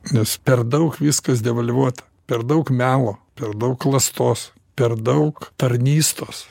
nes per daug viskas devalvuota per daug melo per daug klastos per daug tarnystos